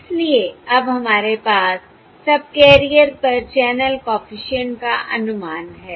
इसलिए अब हमारे पास सबकैरियर पर चैनल कॉफिशिएंट का अनुमान है